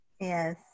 Yes